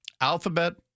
Alphabet